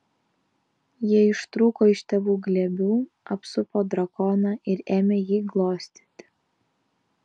jie ištrūko iš tėvų glėbių apsupo drakoną ir ėmė jį glostyti